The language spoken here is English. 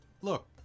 look